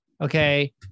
Okay